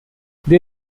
they